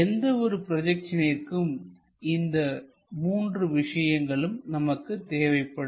எந்த ஒரு ப்ரொஜெக்ஷனிற்கும் இந்த மூன்று விஷயங்களும் நமக்கு தேவைப்படும்